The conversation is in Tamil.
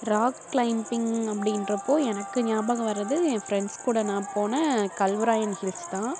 ராக் க்ளைம்பிங் அப்படீன்றப்போ எனக்கு ஞாபகம் வர்றது என் ஃப்ரெண்ட்ஸுக்கூட நான் போன கல்வராயன் ஹில்ஸ் தான்